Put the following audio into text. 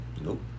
Nope